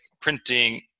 printing